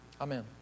Amen